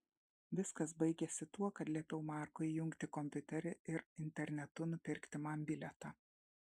viskas baigėsi tuo kad liepiau markui įjungti kompiuterį ir internetu nupirkti man bilietą